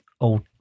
old